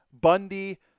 Bundy